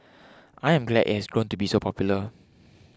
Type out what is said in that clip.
I am glad it has grown to be so popular